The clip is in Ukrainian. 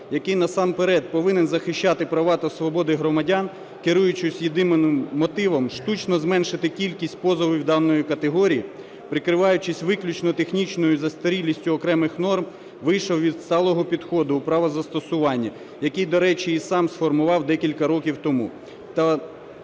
який насамперед повинен захищати права та свободи громадян, керуючись єдиним мотивом штучно зменшити кількість позовів даної категорії, прикриваючись виключно технічною застарілістю окремих норм, вийшов від сталого підходу у право застосування, який, до речі, і сам сформував декілька років тому,